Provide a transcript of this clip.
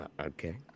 Okay